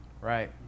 Right